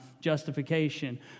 justification